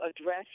address